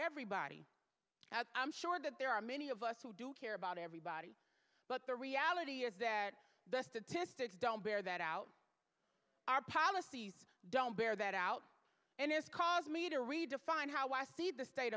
everybody i'm sure that there are many of us who do care about everybody but the reality is that the statistics don't bear that out our policies don't bear that out and it's caused me to redefine how i see the state